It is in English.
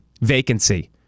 vacancy